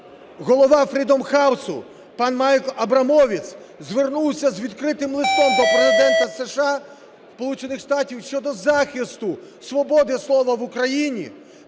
Голова Freedom House пан Майкл Абрамовітц звернувся з відкритим листом до Президента США, Сполучених Штатів, щодо захисту свободи слова в Україні,